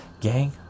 Gang